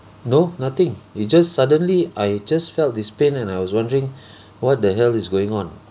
no nothing it just suddenly I just felt this pain and I was wondering what the hell is going on